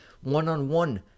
one-on-one